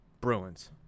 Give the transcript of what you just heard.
Bruins